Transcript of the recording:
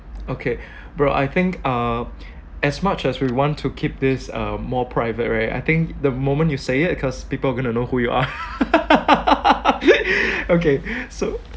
okay bro I think uh as much as we want to keep this uh more private right I think the moment you say it cause people are gonna know who you are okay so